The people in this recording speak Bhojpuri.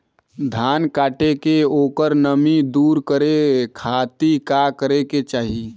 धान कांटेके ओकर नमी दूर करे खाती का करे के चाही?